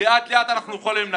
לאט לאט אנחנו יכולים להגיע.